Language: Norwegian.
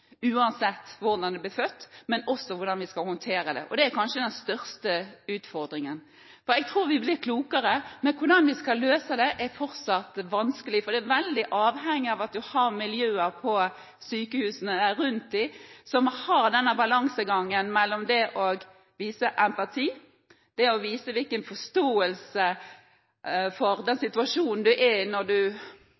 uansett hvordan det blir født, men også med tanke på hvordan vi skal håndtere det, som kanskje er den største utfordringen, for jeg tror vi blir klokere. Men hvordan vi skal løse det, er fortsatt vanskelig, for det er veldig avhengig av at en har miljøer rundt dem på sykehusene som klarer balansegangen rundt det å vise empati, det å vise forståelse for den